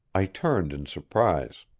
i turned in surprise.